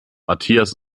matthias